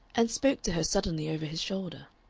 and spoke to her suddenly over his shoulder.